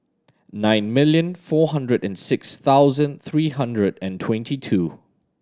nine million four hundred and six thousand three hundred and twenty two